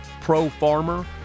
pro-farmer